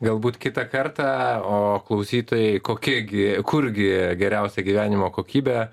galbūt kitą kartą o klausytojai kokie gi kur gi geriausia gyvenimo kokybė